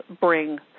bring